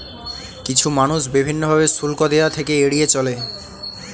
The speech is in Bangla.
কিছু মানুষ বিভিন্ন ভাবে শুল্ক দেওয়া থেকে এড়িয়ে চলে